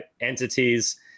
entities